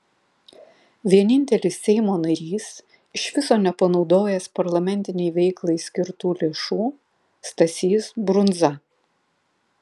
vienintelis seimo narys iš viso nepanaudojęs parlamentinei veiklai skirtų lėšų stasys brundza